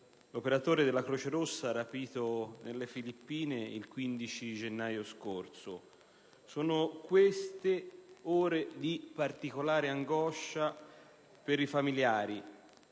l'operatore della Croce Rossa rapito nelle Filippine il 15 gennaio scorso. Queste sono ore di particolare angoscia per i familiari;